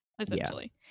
essentially